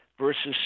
versus